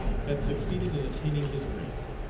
had succeeded in attaining his rank.